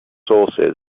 sources